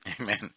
Amen